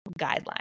guidelines